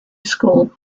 school